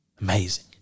Amazing